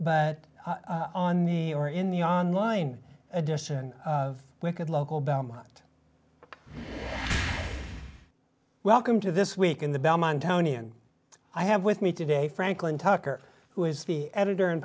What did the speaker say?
but on the or in the online edition of wicked local belmont welcome to this week in the belmont county and i have with me today franklin tucker who is the editor and